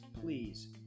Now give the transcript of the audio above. please